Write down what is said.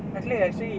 acrylic actually